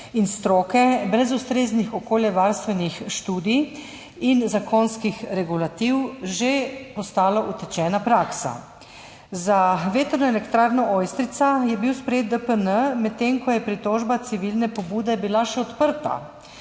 in stroke brez ustreznih okoljevarstvenih študij in zakonskih regulativ postalo že utečena praksa. Za vetrno elektrarno Ojstrica je bil sprejet DPN, medtem ko je pritožba civilne pobude bila še odprta.